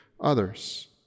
others